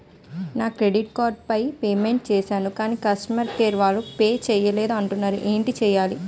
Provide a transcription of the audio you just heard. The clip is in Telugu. నా క్రెడిట్ కార్డ్ పే మెంట్ చేసాను కాని కస్టమర్ కేర్ వారు పే చేయలేదు అంటున్నారు ఏంటి చేయాలి?